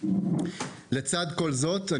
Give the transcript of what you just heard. יחד עם זאת,